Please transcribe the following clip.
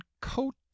coat